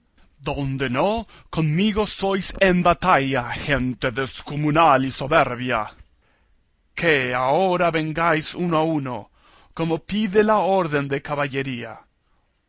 donde no conmigo sois en batalla gente descomunal y soberbia que ahora vengáis uno a uno como pide la orden de caballería